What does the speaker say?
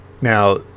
Now